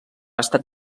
estat